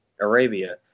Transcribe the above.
arabia